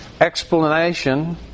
explanation